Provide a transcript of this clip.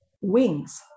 wings